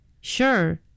Sure